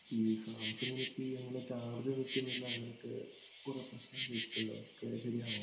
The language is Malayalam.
ഈ സാംസങ് എച്ച് പി അങ്ങനെ ചാർജ് നിൽക്കുന്നില്ല അങ്ങനൊക്കെ കുറേ പ്രശ്നം കേട്ടിട്ടുണ്ട് അതൊക്കെ ശരിയാണോ